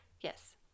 Yes